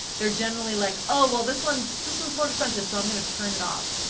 they're generally like, oh, well this one's this one's more expensive, so i'm gonna turn it off.